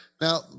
Now